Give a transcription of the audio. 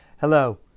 Hello